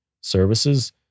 services